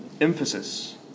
emphasis